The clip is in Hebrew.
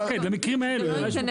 למקרים האלה.